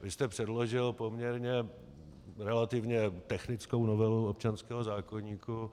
Vy jste předložil poměrně relativně technickou novelu občanského zákoníku.